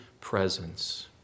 presence